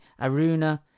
Aruna